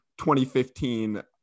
2015